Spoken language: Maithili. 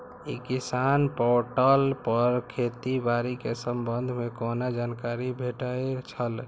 ई किसान पोर्टल पर खेती बाड़ी के संबंध में कोना जानकारी भेटय छल?